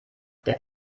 der